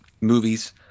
movies